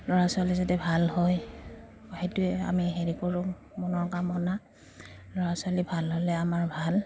ল'ৰা ছোৱালী যদি ভাল হয় সেইটোৱে আমি হেৰি কৰোঁ মনৰ কামনা ল'ৰা ছোৱালী ভাল হ'লে আমাৰ ভাল